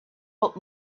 old